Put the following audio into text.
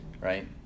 right